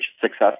Success